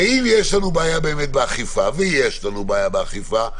אם יש לנו בעיה באכיפה, ויש לנו בעיה באכיפה,